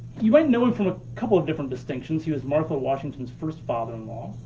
you might know him from a couple of different distinctions, he was martha washington's first father-in-law.